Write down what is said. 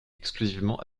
exclusivement